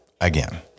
again